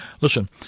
listen